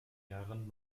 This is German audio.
jahren